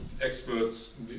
experts